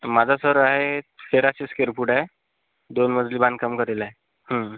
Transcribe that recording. माझा सर आहे तेराशे स्क्वेअर फूट आहे दोन मजली बांधकाम झालेलं आहे